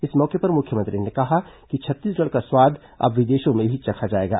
इस मौके पर मुख्यमंत्री ने कहा कि छत्तीसगढ़ का स्वाद अब विदेशों में भी चखा जाएगा